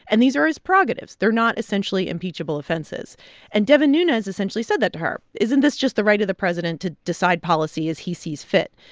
and these are his prerogatives. they're not essentially impeachable offenses and devin nunes essentially said that to her. isn't this just the right of the president to decide policy as he sees fit?